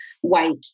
white